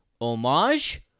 homage